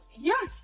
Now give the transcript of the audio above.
Yes